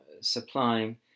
supplying